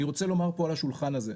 אני רוצה לומר פה על השולחן הזה,